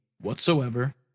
whatsoever